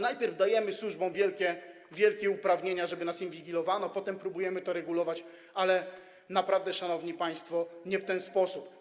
Najpierw dajemy służbom wielkie uprawnienia, żeby nas inwigilowano, potem próbujemy to regulować, ale szanowni państwo, nie w ten sposób.